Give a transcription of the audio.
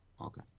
Okay